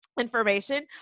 information